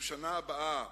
ובשנה הבאה